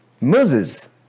Moses